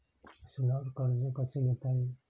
सोन्यावर कर्ज कसे घेता येईल?